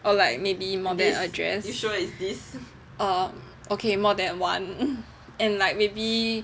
or like maybe more than a dress err okay more than one and like maybe